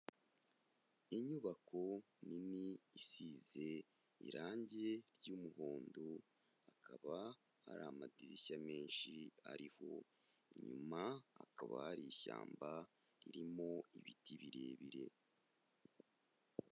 Inyubako nini isize irangi ry'umuhondo, akaba ari amadirishya menshi ariho, inyuma hakaba hari ishyamba ririmo ibiti birebire.